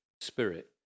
spirit